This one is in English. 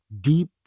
deep